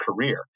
career